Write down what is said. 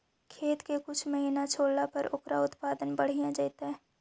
खेत के कुछ महिना छोड़ला पर ओकर उत्पादन बढ़िया जैतइ?